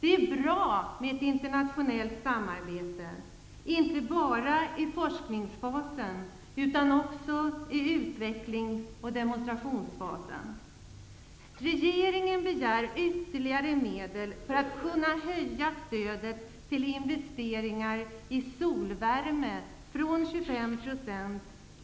Det är bra med ett internationellt samarbete, och då inte bara i forskningsfasen utan också i utvecklings och demonstrationsfasen.